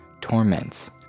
torments